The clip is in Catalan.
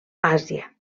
àsia